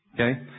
Okay